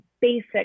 basic